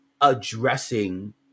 addressing